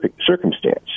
circumstance